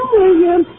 William